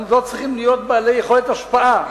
אנחנו לא צריכים להיות בעלי יכולת השפעה.